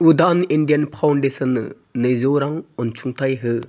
उडान Indian फाउन्डेसननो नैजौ रां अनसुंथाइ हो